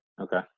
Okay